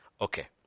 Okay